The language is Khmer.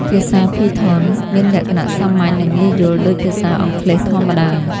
ភាសា Python មានលក្ខណៈសាមញ្ញ និងងាយយល់ដូចភាសាអង់គ្លេសធម្មតា។